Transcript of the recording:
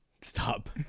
Stop